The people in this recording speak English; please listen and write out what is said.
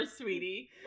sweetie